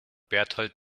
bertold